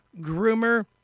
groomer